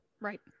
Right